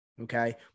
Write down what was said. okay